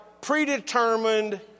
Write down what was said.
predetermined